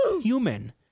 human